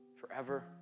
forever